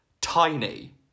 tiny